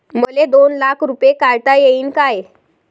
मले दोन लाख रूपे काढता येईन काय?